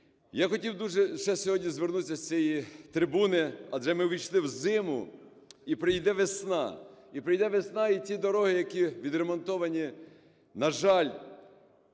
Я хотів дуже ще сьогодні звернутися з цієї трибуни, адже ми ввійшли в зиму і прийде весна. І прийде весна і ці дороги, які відремонтовані, на жаль,